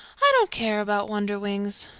i don't care about wonderwings.